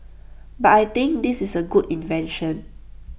but I think this is A good invention